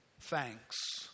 Thanks